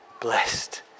blessed